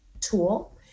tool